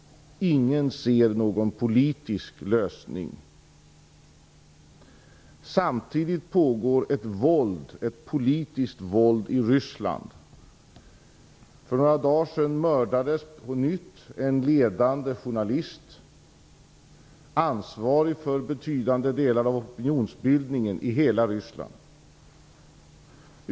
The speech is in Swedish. Ingen ser någon politisk lösning. Samtidigt pågår ett våld, ett politiskt våld, i Ryssland. För några dagar sedan mördades på nytt en ledande journalist, ansvarig för betydande delar av opinionsbildningen i hela Ryssland.